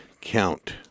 count